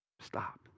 Stop